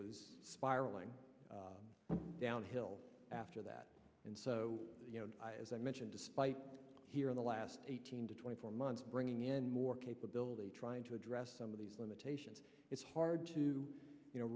was spiraling downhill after that and so you know as i mentioned despite here in the last eighteen to twenty four months bringing in more capability trying to address some of these limitations it's hard to you know